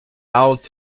ought